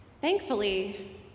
Thankfully